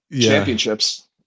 championships